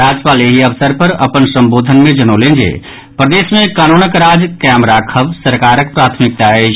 राज्यपाल एहि अवसर पर अपन संबोधन मे जनौलनि जे प्रदेश मे कानूनक राज कायम राखव सरकारक प्राथमिकता अछि